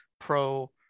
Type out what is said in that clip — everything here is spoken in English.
pro